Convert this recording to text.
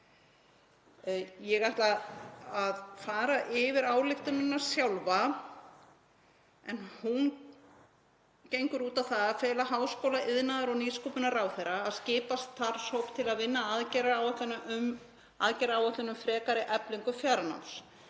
Ég ætla að fara yfir tillöguna sjálfa en hún gengur út á það að fela háskóla-, iðnaðar- og nýsköpunarráðherra að skipa starfshóp til að vinna aðgerðaáætlun um frekari eflingu fjarnáms